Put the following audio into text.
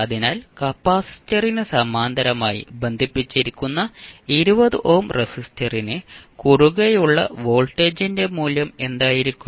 അതിനാൽ കപ്പാസിറ്ററിന് സമാന്തരമായി ബന്ധിപ്പിച്ചിരിക്കുന്ന 20 ഓം റെസിസ്റ്ററിന് കുറുകെയുള്ള വോൾട്ടേജിന്റെ മൂല്യം എന്തായിരിക്കും